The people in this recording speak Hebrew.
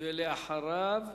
ולאחריו,